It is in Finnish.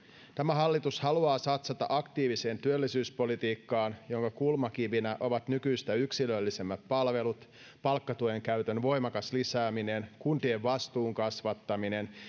tämä hallitus haluaa satsata aktiiviseen työllisyyspolitiikkaan jonka kulmakivinä ovat nykyistä yksilöllisemmät palvelut palkkatuen käytön voimakas lisääminen kuntien vastuun kasvattaminen